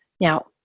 Now